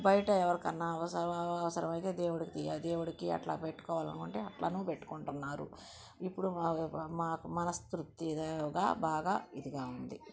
బయట ఎవరి కన్నా అవసర అవసరం అయితే దేవుడికి దేవుడికి అట్లా పెట్టుకోవాలి అనుకుంటే అంట్లను పెట్టుకుంటున్నారు ఇప్పుడు మాకు మాకు మనసు తృప్తిగా బాగా ఇదిగా ఉంది